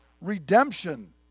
redemption